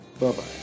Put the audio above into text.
Bye-bye